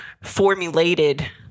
formulated